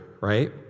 right